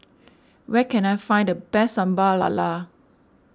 where can I find the best Sambal Lala